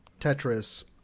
Tetris